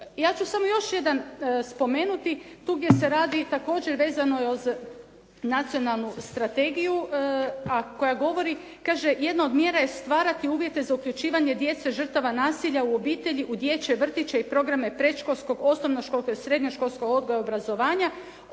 Ja ću samo još jedan spomenuti. Tu gdje se radi također vezano uz nacionalnu strategiju, a koja govori, kaže jedna od mjera je stvarati uvjete za uključivanje djece žrtava nasilja u obitelji u dječje vrtiće i programe predškolskog, osnovnoškolskog i srednjoškolskog odgoja i obrazovanja,